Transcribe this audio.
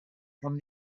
from